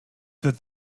that